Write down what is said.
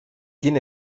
quién